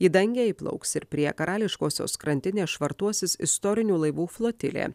į dangę įplauks ir prie karališkosios krantinės švartuosis istorinių laivų flotilė